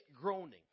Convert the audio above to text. groaning